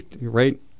right